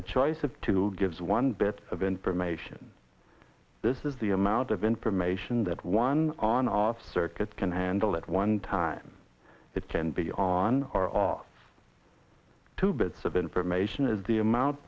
a choice of two gives one bit of information this is the amount of information that one on our circuit can handle at one time it can be on or off two bits of information is the amount